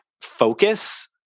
focus